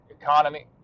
economy